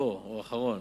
לא, הוא האחרון,